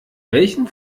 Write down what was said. welchen